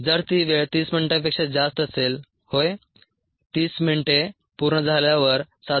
जर ती वेळ 30 मिनिटांपेक्षा जास्त असेल होय 30 मिनिटे पूर्ण झाल्यावर 7